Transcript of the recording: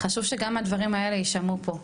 חשוב שגם הדברים האלה ישמעו פה,